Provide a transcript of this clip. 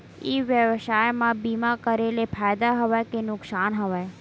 ई व्यवसाय म बीमा करे ले फ़ायदा हवय के नुकसान हवय?